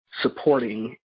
supporting